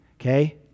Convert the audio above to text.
Okay